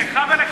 לך ולחבריך.